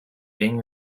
being